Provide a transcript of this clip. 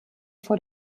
for